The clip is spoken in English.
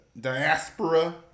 diaspora